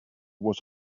was